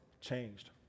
changed